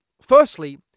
firstly